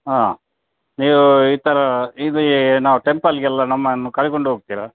ಹಾಂ ನೀವು ಈ ಥರ ಇದೆ ನಾವು ಟೆಂಪಲ್ಗೆಲ್ಲ ನಮ್ಮನ್ನು ಕರ್ಕೊಂಡು ಹೋಗ್ತೀರಾ